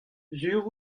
sur